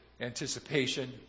anticipation